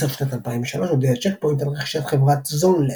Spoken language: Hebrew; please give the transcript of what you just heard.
בסוף שנת 2003 הודיעה צ'ק פוינט על רכישת חברת Zone Labs,